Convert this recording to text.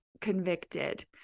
convicted